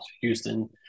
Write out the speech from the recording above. Houston